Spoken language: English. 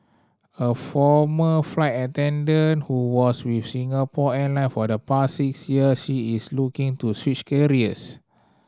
a former flight attendant who was with Singapore Airline for the past six years she is looking to switch careers